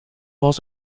was